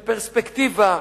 של פרספקטיבה,